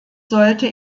sollte